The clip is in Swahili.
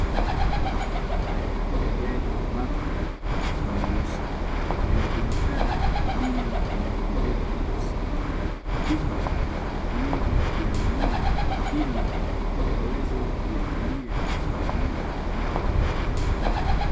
Magurudumu haya ya gari mapya ni meusi yanajulikana kwa kudumu kwa muda mrefu sana. Hivyo watu wengi huyanunua ili wakaweze kuyatumia kwa muda ambao watataka.